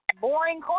Boring